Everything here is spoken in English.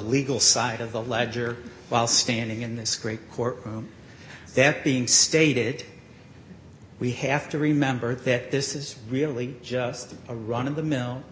legal side of the ledger while standing in this great court that being stated we have to remember that this is really just a run of the mill